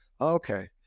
okay